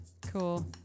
cool